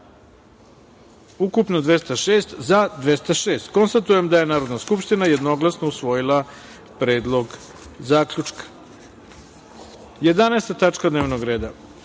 ukupno 206, za – 206.Konstatujem da je Narodna skupština jednoglasno usvojila Predlog zaključka. Jedanaesta tačka dnevnog reda. Pošto